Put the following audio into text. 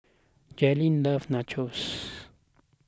Jalyn loves Nachos